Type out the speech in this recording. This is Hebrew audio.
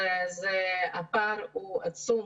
הפער הוא עצום